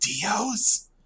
Dio's